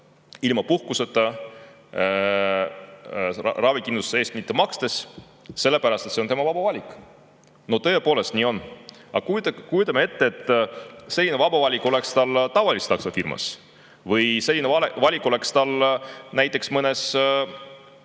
ilma puhkuseta, ravikindlustuse eest mitte makstes, sellepärast et see on tema vaba valik. No tõepoolest nii on! Aga kujutame ette, et selline vaba valik oleks tal tavalises taksofirmas või selline valik oleks tal näiteks mõne